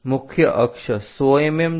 મુખ્ય અક્ષ 100 mm છે